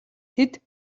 тэд